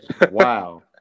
Wow